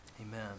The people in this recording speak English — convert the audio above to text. Amen